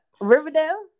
Riverdale